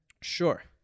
sure